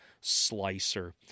slicer